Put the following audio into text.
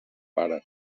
pare